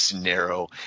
narrow